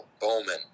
Bowman